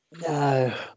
no